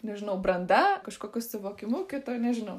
nežinau branda kažkokiu suvokimu kitu nežinau